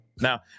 now